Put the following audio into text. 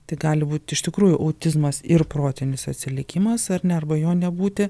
tai gali būt iš tikrųjų autizmas ir protinis atsilikimas ar ne arba jo nebūti